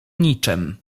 niczem